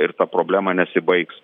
ir ta problema nesibaigs